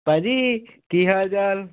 ਭਾਅ ਜੀ ਕੀ ਹਾਲ ਚਾਲ